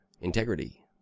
Integrity